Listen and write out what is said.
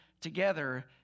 together